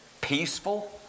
peaceful